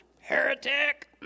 Heretic